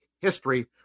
history